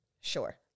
sure